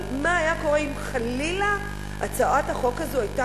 אבל מה היה קורה אם חלילה הצעת החוק הזו היתה